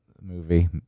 movie